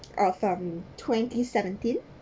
of um twenty seventeen